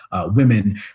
women